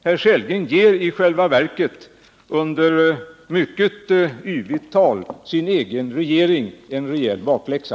Herr Sellgren ger egentligen under mycket yvigt tal sin egen regering en rejäl bakläxa.